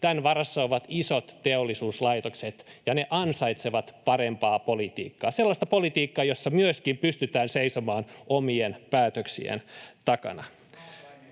Tämän varassa ovat isot teollisuuslaitokset, ja ne ansaitsevat parempaa politiikkaa — sellaista politiikkaa, jossa myöskin pystytään seisomaan omien päätöksien takana.